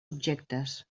objectes